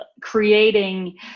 creating